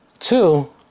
Two